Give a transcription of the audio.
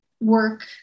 work